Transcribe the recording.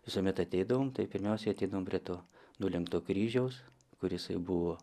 visuomet ateidavom tai pirmiausiai ateidavom prie to nulenkto kryžiaus kur jisai buvo